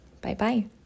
Bye-bye